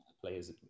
players